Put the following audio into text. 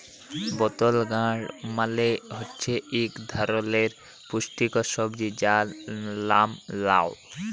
বতল গাড় মালে হছে ইক ধারালের পুস্টিকর সবজি যার লাম লাউ